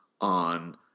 on